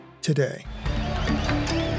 today